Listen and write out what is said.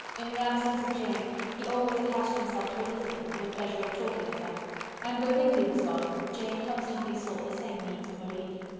in the absence of jane, he always attached himself to elizabeth, for the pleasure of talking of her and when bingley was gone, jane constantly sought the same means of relief.